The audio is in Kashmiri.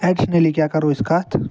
اٮ۪ڈِشنٔلی کیٛاہ کَرو أسۍ کَتھ